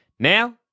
Now